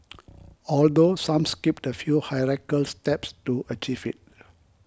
although some skipped a few hierarchical steps to achieve it